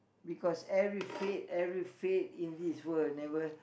because every faith every faith in this world never